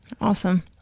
Awesome